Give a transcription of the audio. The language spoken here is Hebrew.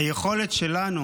היכולת שלנו